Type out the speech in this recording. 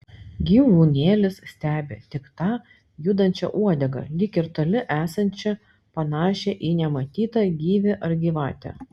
gyvūnėlis stebi tik tą judančią uodegą lyg ir toli esančią panašią į nematytą gyvį ar gyvatę